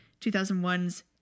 2001's